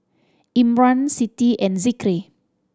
Imran Siti and Zikri